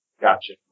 Gotcha